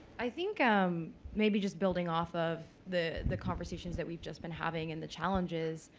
i think um maybe just building off of the the conversations that we've just been having and the challenges.